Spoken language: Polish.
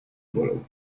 bolą